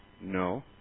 No